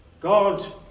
God